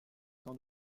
sans